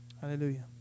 Hallelujah